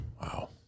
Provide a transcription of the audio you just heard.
Wow